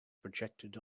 projected